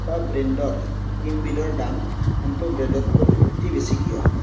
এটা ব্ৰেণ্ডৰ ক্ৰীমবিধৰ দাম আনটো ব্ৰেণ্ডতকৈ অতি বেছি কিয়